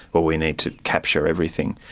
well, we need to capture everything.